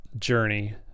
journey